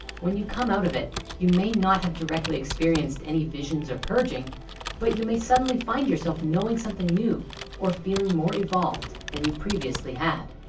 when you come out of it you may not have directly experienced any visions or purging but you may suddenly find yourself knowing something new or feeling more evolved than you previously had